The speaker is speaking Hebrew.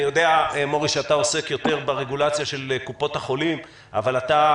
אני יודע שאתה עוסק יותר ברגולציה של קופות החולים אבל אתה,